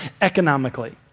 economically